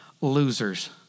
losers